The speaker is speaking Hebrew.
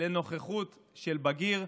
לנוכחות של בגיר,